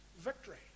victory